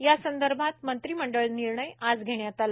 या संदर्भात मंत्रीमंडल निर्णय आज घेण्यात आला